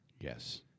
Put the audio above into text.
yes